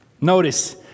Notice